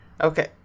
Okay